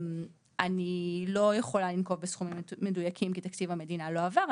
אני לא יכולה לנקוב בסכומים מדויקים כי תקציב המדינה לא עבר.